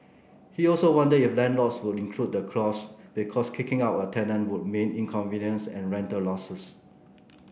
he also wondered if landlords would include the clause because kicking out a tenant would mean inconvenience and rental losses